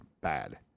bad